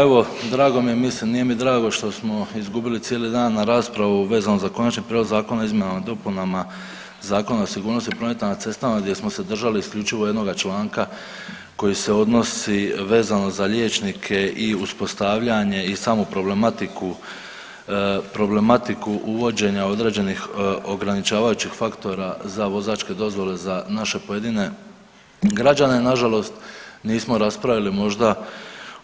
Evo drago mi je, mislim nije mi drago što smo izgubili cijeli dan na raspravu vezano za Konačni prijedlog zakona o izmjenama i dopunama Zakona o sigurnosti prometa na cestama gdje smo se držali isključivo jednoga članka koji se odnosi vezano za liječnike i uspostavljanje i samu problematiku, problematiku uvođenja određenih ograničavajućih faktora za vozačke dozvole za naše pojedine građane, nažalost nismo raspravili možda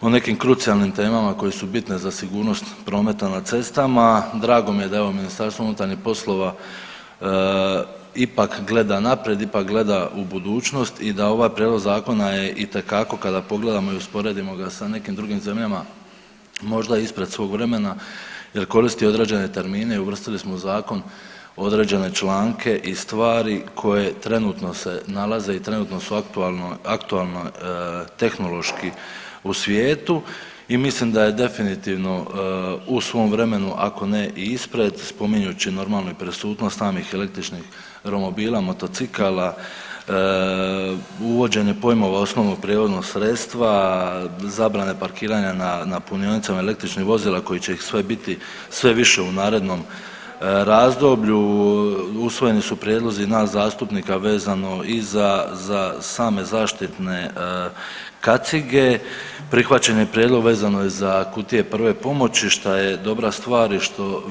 o nekim krucijalnim temama koje su bitne za sigurnost prometa na cestama, drago mi je da je ovo MUP ipak gleda naprijed, ipak gleda u budućnost i da ovaj prijedlog zakona je itekako kada pogledamo i usporedimo ga sa nekim drugim zemljama možda ispred svog vremena jer koristi određene termine i uvrstili smo u zakon određene članke i stvari koje trenutno se nalaze i trenutno su aktualno, aktualno tehnološki u svijetu i mislim da je definitivno u svom vremenu ako ne i ispred spominjući normalno i prisutnost samih električnih romobila, motocikala, uvođenje pojmova osnovnog prijevoznog sredstva, zabrane parkiranja na, na punionicama električnih vozila kojih će ih sve biti, sve više u narednom razdoblju, usvojeni su prijedlozi nas zastupnika vezano i za, za same zaštitne kacige, prihvaćen je prijedlog vezano i za kutije prve pomoći šta je dobra stvar i što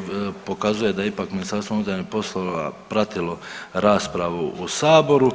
pokazuje da je ipak MUP pratilo raspravu u saboru.